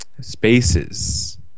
spaces